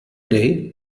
day